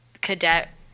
cadet